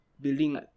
building